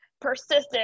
persistent